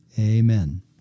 Amen